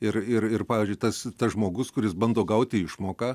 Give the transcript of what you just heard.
ir ir ir pavyzdžiui tas tas žmogus kuris bando gauti išmoką